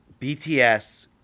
BTS